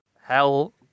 Hell